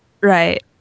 Right